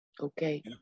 Okay